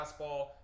fastball